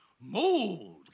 mold